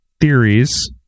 theories